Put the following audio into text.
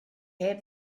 heb